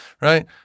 right